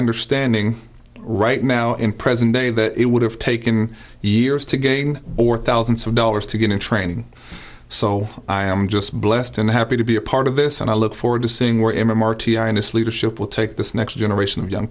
understanding right now in present day that it would have taken years to gain or thousands of dollars to get in training so i am just blessed and happy to be a part of this and i look forward to seeing where im r t i and its leadership will take this next generation of young